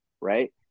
right